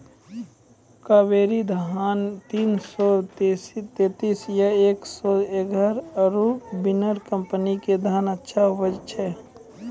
कावेरी धान तीन सौ तेंतीस या एक सौ एगारह आरु बिनर कम्पनी के धान अच्छा उपजै छै?